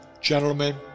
Gentlemen